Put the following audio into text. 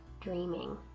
dreaming